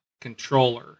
controller